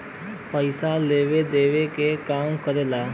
पइसा लेवे देवे क काम करेला